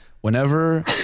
Whenever